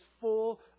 full